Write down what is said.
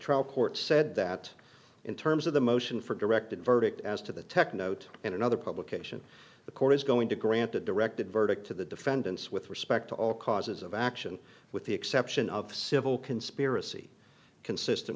trial court said that in terms of the motion for directed verdict as to the tech note in another publication the court is going to grant a directed verdict to the defendants with respect to all causes of action with the exception of the civil conspiracy consistent